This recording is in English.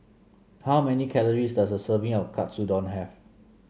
how many calories does a serving of Katsudon have